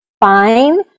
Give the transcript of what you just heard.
Fine